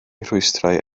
rhwystrau